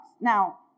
Now